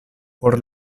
por